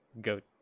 goat